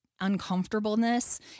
uncomfortableness